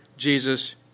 Jesus